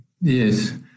Yes